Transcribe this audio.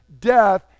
death